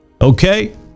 Okay